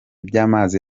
by’amazi